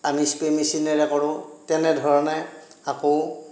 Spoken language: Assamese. আমি স্প্ৰে' মেচিনেৰে কৰোঁ তেনেধৰণে আকৌ